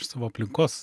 iš savo aplinkos